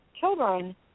children